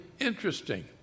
interesting